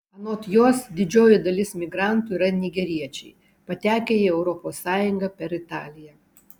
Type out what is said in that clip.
anot jos didžioji dalis migrantų yra nigeriečiai patekę į europos sąjungą per italiją